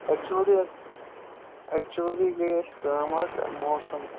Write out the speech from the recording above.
actually حظ actually گٔے اَسہِ کٲم حظ موسَم